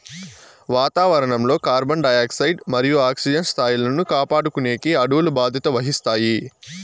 వాతావరణం లో carbon dioxide మరియు ఆక్సిజన్ స్థాయిలను కాపాడుకునేకి అడవులు బాధ్యత వహిస్తాయి